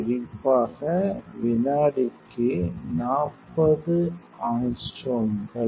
குறிப்பாக வினாடிக்கு 40 ஆங்ஸ்ட்ரோம்கள்